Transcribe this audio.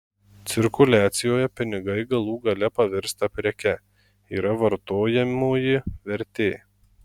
cirkuliacijoje pinigai galų gale pavirsta preke yra vartojamoji vertė